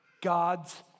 God's